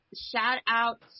Shout-out